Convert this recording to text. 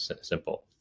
simple